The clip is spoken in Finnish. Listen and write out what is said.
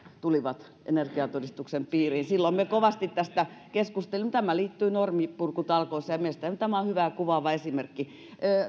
tulivat energiatodistuksen piiriin silloin me kovasti tästä keskustelimme tämä liittyy norminpurkutalkoisiin ja mielestäni tämä on hyvä ja kuvaava esimerkki